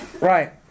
Right